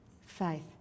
Faith